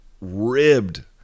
ribbed